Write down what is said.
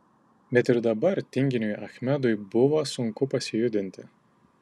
bet ir dabar tinginiui achmedui buvo sunku pasijudinti